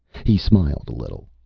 he smiled a little.